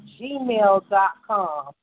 gmail.com